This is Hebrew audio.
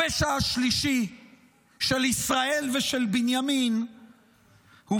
הפשע השלישי של ישראל ושל בנימין הוא